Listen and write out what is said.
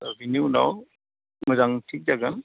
दा बिनि उनाव मोजां थिक जागोन